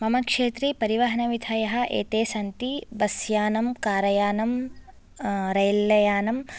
मम क्षेत्रे परिवहनविधयः एते सन्ति बस् यानम् कार् यानं रेल्यानम्